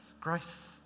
grace